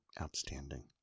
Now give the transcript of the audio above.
outstanding